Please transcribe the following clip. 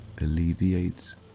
alleviates